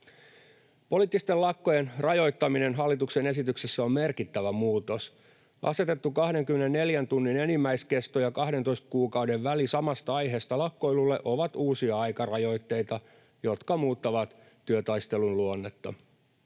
Poliittisten lakkojen rajoittaminen hallituksen esityksessä on merkittävä muutos. Asetettu 24 tunnin enimmäiskesto ja 12 kuukauden väli samasta aiheesta lakkoilulle ovat uusia aikarajoitteita, jotka muuttavat työtaistelun luonnetta.